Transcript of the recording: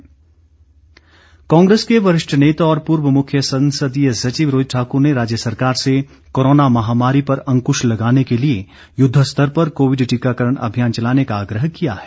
रोहित ठाक्र कांग्रेस के वरिष्ठ नेता और पूर्व मुख्य संसदीय सचिव रोहित ठाकुर ने राज्य सरकार से कोरोना महामारी पर अंकुश लगाने के लिए युद्ध स्तर पर कोविड टीकाकरण अभियान चलाने का आग्रह किया है